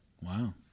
Wow